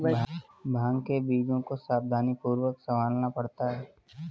भांग के बीजों को सावधानीपूर्वक संभालना पड़ता है